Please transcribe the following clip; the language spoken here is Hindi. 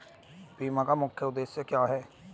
बीमा का मुख्य उद्देश्य क्या है?